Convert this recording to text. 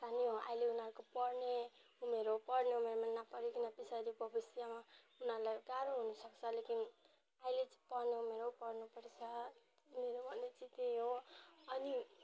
सानै हो आहिले उनीहरूको पढ्ने उमेर हो पढ्ने उमेरमा नपढिकन पिछाडि भविष्यमा उनीहरूलाई गाह्रो हुन सक्छ लेकिन आहिले चाहिँ पढ्ने उमेर हो पढ्नु पर्छ मेरो भन्ने चाहिँ त्यही हो अनि